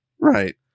Right